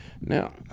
Now